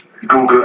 Google